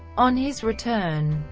on his return,